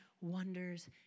wonders